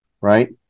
right